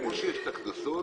כפי שיש את הקנסות,